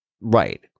Right